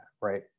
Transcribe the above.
right